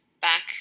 back